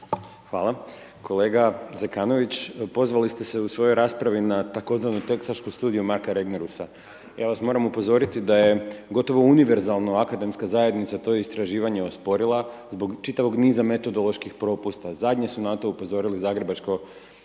Hvala. Kolega Zekanović, pozvali ste se u svojoj raspravi na tzv. teksašku studiju Marka Regnerusa. Ja vas moram upozoriti da je gotovo univerzalno akademska zajednica to istraživanje osporila zbog čitavog niza metodoloških propusta. Zadnje su na to upozorili Zagrebačko